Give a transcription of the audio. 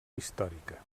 històrica